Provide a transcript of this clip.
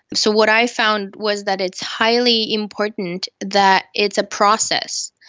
so what i found was that it's highly important that it's a process.